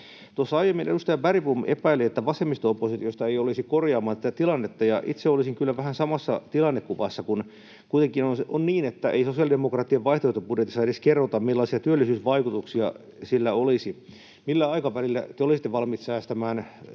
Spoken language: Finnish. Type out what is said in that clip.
Tuossa aiemmin edustaja Bergbom epäili, että vasemmisto-oppositiosta ei olisi korjaamaan tätä tilannetta, ja itse olisin kyllä vähän samassa tilannekuvassa, kun kuitenkin on niin, että ei sosiaalidemokraattien vaihtoehtobudjetissa edes kerrota, millaisia työllisyysvaikutuksia sillä olisi. Millä aikavälillä te olisitte valmis säästämään, sopeuttamaan